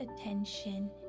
attention